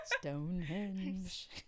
stonehenge